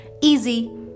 easy